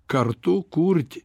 kartu kurti